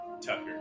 Tucker